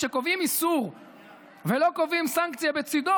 כשקובעים איסור ולא קובעים סנקציה בצידו,